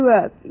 up